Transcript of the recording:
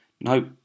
nope